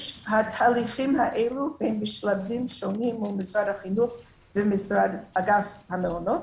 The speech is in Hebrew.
התהליכים האלו הם בשלבים שונים מול משרד החינוך ואגף המעונות.